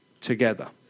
together